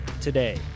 today